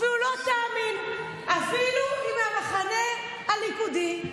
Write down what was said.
לא תאמין, היא אפילו מהמחנה הליכודי.